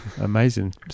Amazing